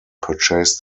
purchased